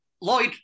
Lloyd